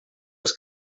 els